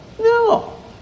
No